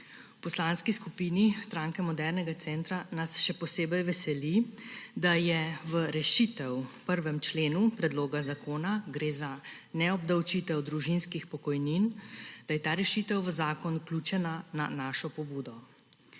Poslanski skupini SMC nas še posebej veseli, da je v rešitev v 1. členu predloga zakona, gre za neobdavčitev družinskih pokojnin, da je ta rešitev v zakon vključena na našo pobudo.